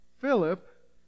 philip